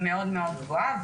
מאוד מאוד גבוהה.